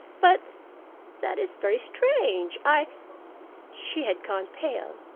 but that is very strange. i she had gone pale.